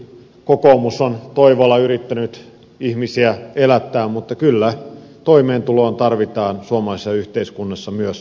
tietysti kokoomus on toivolla yrittänyt ihmisiä elättää mutta kyllä toimeentuloon tarvitaan suomalaisessa yhteiskunnassa myös rahaa